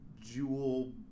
jewel